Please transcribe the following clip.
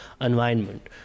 environment